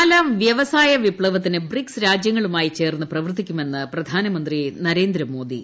നാലാം വൃവസായ വിപ്തവത്തിന് ബ്രിക്സ് രാജ്യങ്ങളുമായി ചേർന്ന് പ്രവർത്തിക്കുമെന്ന് പ്രധാനമന്ത്രി നരേന്ദ്രമോദി